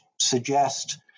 suggest